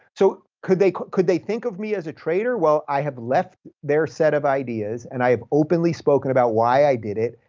so could they could they think of me as a traitor? well, i have left their set of ideas and i have openly spoke about why i did it,